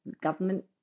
government